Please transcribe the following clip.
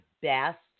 best